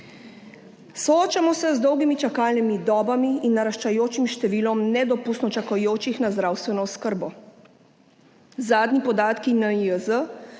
Soočamo se z dolgimi čakalnimi dobami in naraščajočim številom nedopustno čakajočih na zdravstveno oskrbo. Zadnji podatki NIJZ